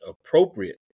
appropriate